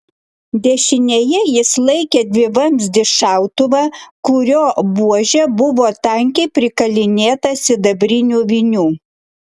dešinėje jis laikė dvivamzdį šautuvą kurio buožė buvo tankiai prikalinėta sidabrinių vinių